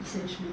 essentially